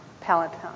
palatine